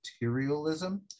materialism